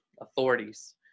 authorities